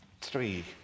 three